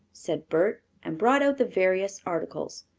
said bert, and brought out the various articles.